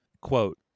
quote